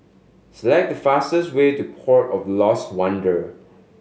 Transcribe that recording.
select the fastest way to Port of Lost Wonder